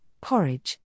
porridge